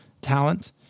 talent